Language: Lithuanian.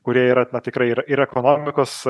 kurie yra tikrai ir ir ekonomikos